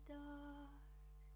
dark